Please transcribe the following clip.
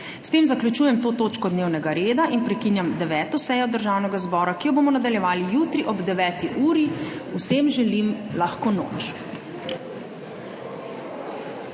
S tem zaključujem to točko dnevnega reda in prekinjam 9. sejo Državnega zbora, ki jo bomo nadaljevali jutri ob 9. uri. Vsem želim lahko noč!